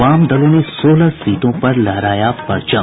वाम दलों ने सोलह सीटों पर लहराया परचम